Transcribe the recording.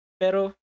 Pero